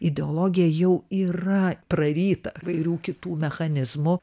ideologija jau yra praryta įvairių kitų mechanizmų